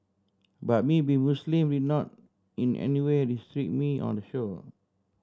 but me being Muslim did not in any way restrict me on the show